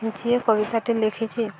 ଯିଏ କବିତାଟି ଲେଖିଛି